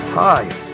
Hi